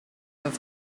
have